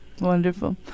Wonderful